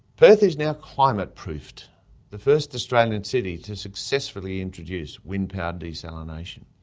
perth is now climate-proofed the first australian city to successfully introduce wind-powered desalination.